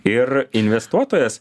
ir investuotojas